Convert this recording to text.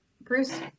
bruce